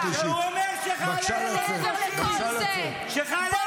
בקריאה שנייה.